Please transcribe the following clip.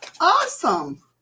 Awesome